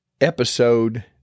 episode